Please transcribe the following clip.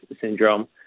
syndrome